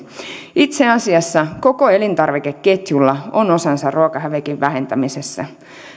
itse asiassa koko elintarvikeketjulla on osansa ruokahävikin vähentämisessä